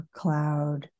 cloud